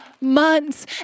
months